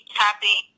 happy